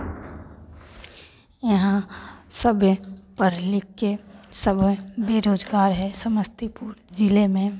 यहाँ सभी पढ़ लिख कर सब है बेरोज़गार हैं समस्तीपुर जिले में